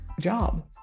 job